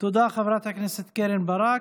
תודה, חברת הכנסת קרן ברק.